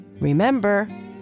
Remember